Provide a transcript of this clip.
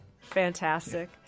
fantastic